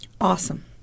Awesome